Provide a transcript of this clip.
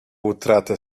utratę